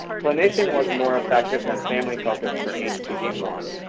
clinician was more effective than family focused, for h p v one.